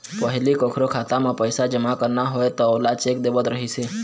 पहिली कखरो खाता म पइसा जमा करना होवय त ओला चेक देवत रहिस हे